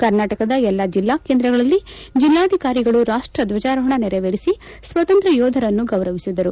ಕರ್ನಾಟಕದ ಎಲ್ಲಾ ಜಿಲ್ಲಾ ಕೇಂದ್ರಗಳಲ್ಲಿ ಜಿಲ್ಲಾಧಿಕಾರಿಗಳು ರಾಷ್ಟ ದ್ವಜಾರೋಹಣ ನೆರವೇರಿಸಿ ಸ್ವಾತಂತ್ರ್ಯ ಯೋಧರನ್ನು ಗೌರವಿಸಿದರು